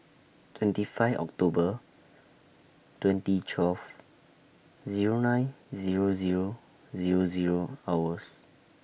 twenty five October twenty twelve Zero nine Zero Zero Zero Zero hours